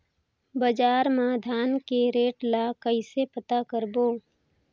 बजार मा धान के रेट ला कइसे पता करबो?